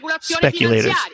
speculators